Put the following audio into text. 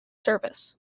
service